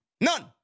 None